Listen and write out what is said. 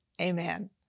Amen